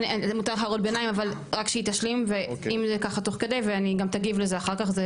מותר לך הערות ביניים אבל רק שהיא תשלים וגם תגיב לך אחר כך,